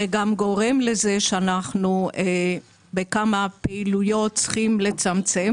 זה גם גורם לכך שאנחנו בכמה פעילויות צריכים לצמצם.